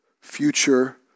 future